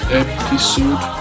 episode